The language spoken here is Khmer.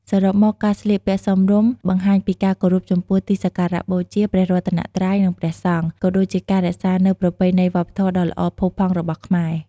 សរុបមក ការស្លៀកពាក់សមរម្យបង្ហាញពីការគោរពចំពោះទីសក្ការៈបូជា ព្រះរតនត្រ័យ និងព្រះសង្ឃ ក៏ដូចជាការរក្សានូវប្រពៃណីវប្បធម៌ដ៏ល្អផូរផង់របស់ខ្មែរ។